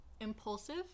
impulsive